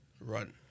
run